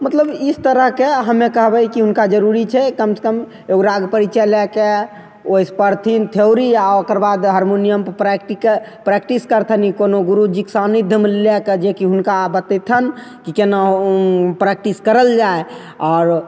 मतलब इस तरहके हमे कहबय कि हुनका जरुरी छै कमसँ कम एगो राग परिचय लएके ओइसँ पढ़थिन थ्योरी आओर ओकरबाद हारमोनियमपर प्रैक्टिकल प्रैक्टिस करथनि कोनो गुरूजीके सानिध्यमे लऽ कऽ जेकी हुनका बतेथिन कि केना उ प्रैक्टिस करल जाइ आओर